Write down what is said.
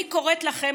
אני קוראת לכם,